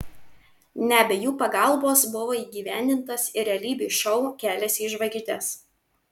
ne be jų pagalbos buvo įgyvendintas ir realybės šou kelias į žvaigždes